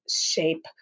shape